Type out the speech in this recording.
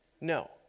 No